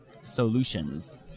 solutions